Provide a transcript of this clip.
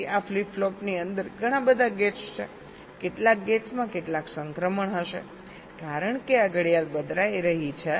તેથી આ flip flop ની અંદર ઘણા બધા ગેટ્સ છે કેટલાક ગેટ્સમાં કેટલાક સંક્રમણ હશે કારણ કે આ ઘડિયાળ બદલાઈ રહી છે